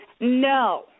No